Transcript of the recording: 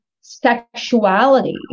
sexuality